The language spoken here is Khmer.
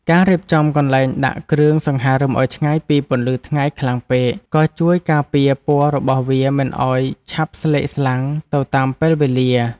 ការរៀបចំកន្លែងដាក់គ្រឿងសង្ហារឹមឱ្យឆ្ងាយពីពន្លឺថ្ងៃខ្លាំងពេក ក៏ជួយការពារពណ៌របស់វាមិនឱ្យឆាប់ស្លេកស្លាំងទៅតាមពេលវេលា។